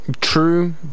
True